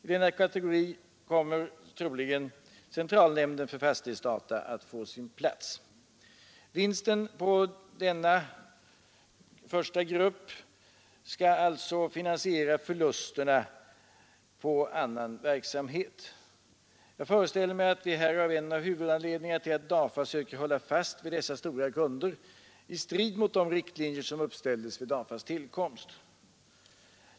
I denna kategori kommer troligen centralnämnden för fastighetsdata att få sin plats. Vinsten på denna första grupp skall alltså finansiera förlusterna på annan verksamhet. Jag föreställer mig att vi här har en av huvudanledningarna till att DAFA söker hålla fast vid dessa stora kunder i strid med de riktlinjer, som uppställdes vid DAFA :s tillkomst.